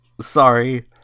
Sorry